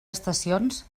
estacions